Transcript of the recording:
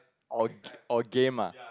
or g~ or game ah